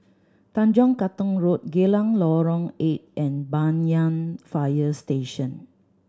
Tanjong Katong Road Geylang Lorong Eight and Banyan Fire Station